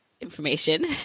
information